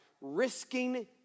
risking